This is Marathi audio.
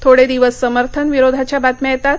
थोडे दिवस समर्थन विरोधाच्या बातम्या येतात